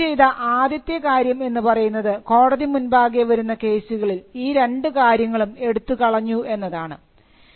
registration ചെയ്ത ആദ്യത്തെ കാര്യം എന്ന് പറയുന്നത് കോടതി മുൻപാകെ വരുന്ന കേസുകളിൽ ഈ രണ്ടു കാര്യങ്ങളും എടുത്തുകളഞ്ഞു എന്നതാണ്